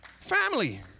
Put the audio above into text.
Family